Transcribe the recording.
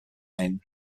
ein